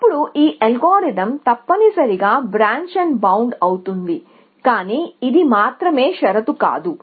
అప్పుడు ఈ అల్గోరిథం తప్పనిసరిగా బ్రాంచ్ బౌండ్ అవుతుంది కానీ ఇది మాత్రమే షరతు కాదు